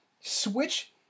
switch